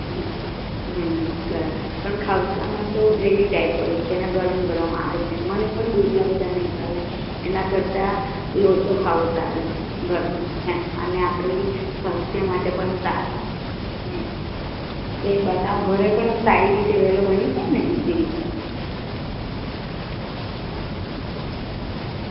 હ હ હ બરાબર પણ ખાઉસામાં તો ગ્રેવી ટાઈપ હોય છે અને ગરમ ગરમ આવે છે મને પણ બહુ એટલા બધાં નહીં ભાવે એના કરતાં લોચો ખાવો સારો ગરમ હે અને આપણી સ્વાસ્થ્ય માટે પણ સારો તે બનાવ ઘરે પણ સારી રીતે વહેલો બની જાય ને એ ઇઝીલી